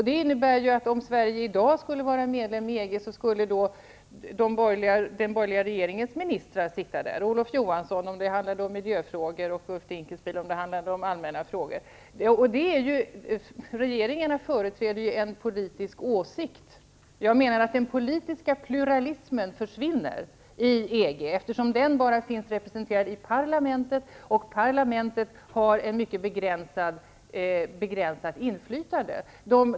Det innebär att om Sverige i dag vore medlem, skulle den borgerliga regeringens ministrar vara representanter i ministerrådet; Olof Johansson vid handläggningen av miljöfrågor och Ulf Dinkelspiel vid handläggningen av allmänna frågor. Regeringi a företräder ju en politisk åsikt. Jag anser att den politiska pluralismen försvinner i EG, eftersom den bara finns representerad i parlamentet, som har ett mycket begränsat inflytande.